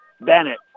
Bennett